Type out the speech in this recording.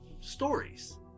stories